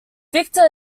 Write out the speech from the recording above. victor